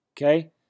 Okay